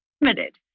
limited